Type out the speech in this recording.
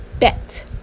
bet